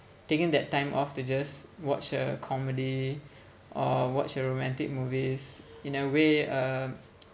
taking that time off to just watch a comedy or watch a romantic movies in a way uh